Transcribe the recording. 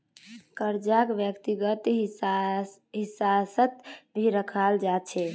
कर्जाक व्यक्तिगत हिस्सात भी रखाल जा छे